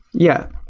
yeah.